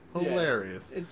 hilarious